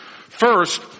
First